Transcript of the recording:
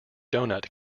donut